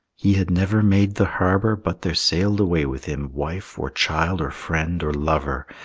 he had never made the harbor but there sailed away with him wife or child or friend or lover,